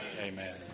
Amen